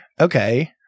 Okay